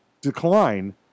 decline